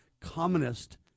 communist